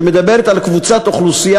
שמדברת על קבוצת אוכלוסייה